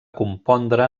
compondre